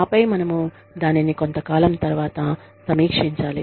ఆపై మనము దానిని కొంతకాలం తర్వాత సమీక్షించాలి